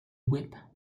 whip